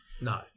No